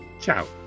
Ciao